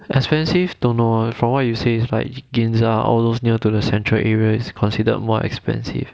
expensive don't know eh from what you say like ginza all those near to the central area is considered more expensive